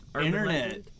Internet